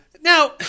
Now